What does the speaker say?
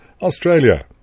Australia